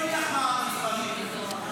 לא ניקח מע"מ על ספרים.